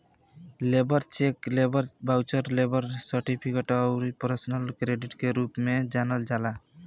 labour cheque के labour voucher, labour certificate अउरी personal credit के रूप में जानल जाला